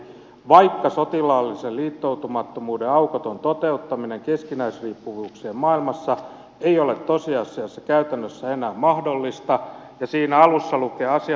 vaikka sotilaallisen liittoutumattomuuden aukoton toteuttaminen keskinäisriippuvuuksien maailmassa ei ole tosiasiassa käytännössä enää mahdollista ja siinä alussa lukee asiantuntija arviot